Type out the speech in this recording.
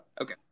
Okay